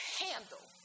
handle